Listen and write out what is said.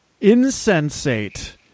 insensate